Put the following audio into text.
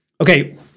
Okay